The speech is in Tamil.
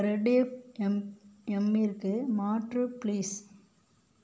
ரெட் எஃப் எம்மிற்கு மாற்று ப்ளீஸ்